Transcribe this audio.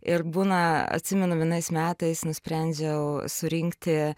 ir būna atsimenu vienais metais nusprendžiau surinkti